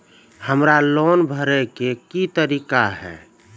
हमरा लोन भरे के की तरीका है?